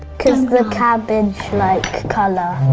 because the cabbage like colour.